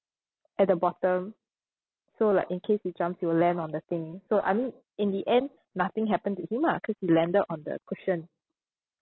at the bottom so like in case he jumps he will land on the thing so I mean in the end nothing happened to him ah him cause he landed on the cushion